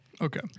Okay